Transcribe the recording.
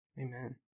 Amen